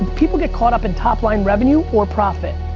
people get caught up in top-line revenue or profit.